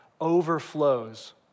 overflows